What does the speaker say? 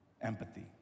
empathy